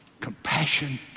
compassion